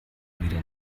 wieder